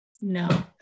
No